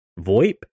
VoIP